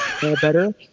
better